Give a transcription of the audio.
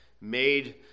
made